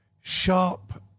sharp